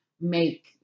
make